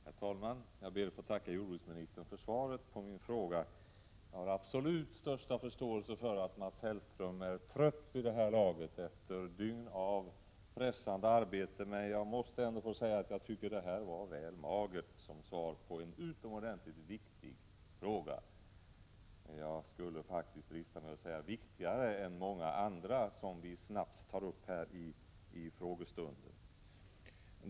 Herr talman! Jag ber att få tacka jordbruksministern för svaret på min fråga. Jag har den största förståelse för att Mats Hellström vid det här laget, efter dygn av pressande arbete, är trött. Men jag måste ändå få säga att jag tycker att detta var väl magert som svar på en utomordentligt viktig fråga. Jag dristar mig faktiskt att säga att den är viktigare än många andra frågor som snabbt tas upp under frågestunder.